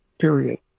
period